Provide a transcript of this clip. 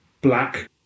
black